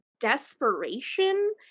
desperation